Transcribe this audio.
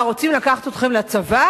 מה, רוצים לקחת אתכם לצבא?